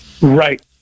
Right